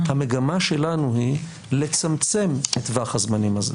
המגמה שלנו היא לצמצם את טווח הזמנים הזה.